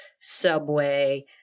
Subway